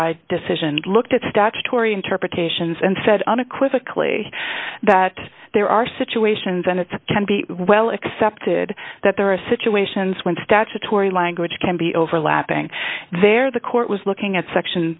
eye decision looked at statutory interpretations and said unequivocally that there are situations and it can be well accepted that there are situations when statutory language can be overlapping there the court was looking at section